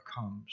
comes